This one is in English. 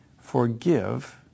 forgive